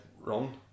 run